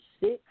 six